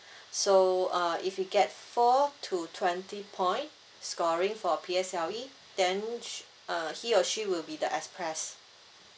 so uh if you get four to twenty point scoring for P_S_L_E then sh~ uh he or she will be the express